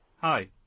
Hi